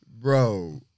Bro